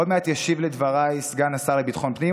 עוד מעט ישיב על דבריי סגן השר לביטחון פנים,